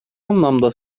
anlamda